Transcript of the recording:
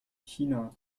china